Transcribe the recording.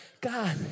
God